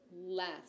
less